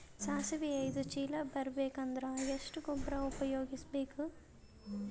ಸಾಸಿವಿ ಐದು ಚೀಲ ಬರುಬೇಕ ಅಂದ್ರ ಎಷ್ಟ ಗೊಬ್ಬರ ಉಪಯೋಗಿಸಿ ಬೇಕು?